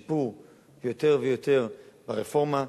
לשפר יותר ויותר את הרפורמה,